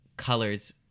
colors